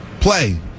Play